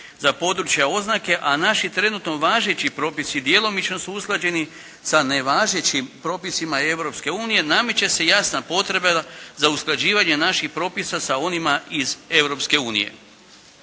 za područja oznake, a naši trenutno važeći propisi djelomično su usklađeni sa nevažećim propisima Europske unije, nameće se jasna potreba da usklađivanje naših propisa sa onima iz